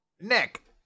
Nick